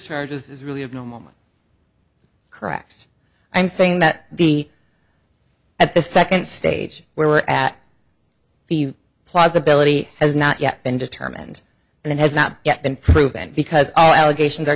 charges is really of no moment correct i'm saying that the at the second stage we're at the possibility has not yet been determined and it has not yet been proven because all allegations are